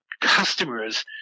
customers